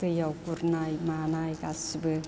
दैयाव गुरनाय मानाय गासैबो